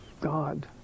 God